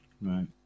Right